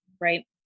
Right